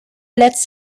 letzt